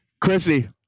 Chrissy